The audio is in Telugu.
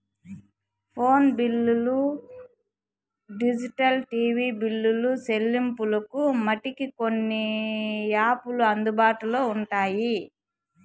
ఫోను బిల్లులు డిజిటల్ టీవీ బిల్లులు సెల్లింపులకు మటికి కొన్ని యాపులు అందుబాటులో ఉంటాయి